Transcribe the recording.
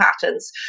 patterns